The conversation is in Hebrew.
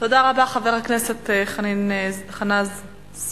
תודה רבה, חבר הכנסת חנא סוייד.